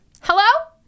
hello